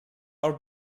are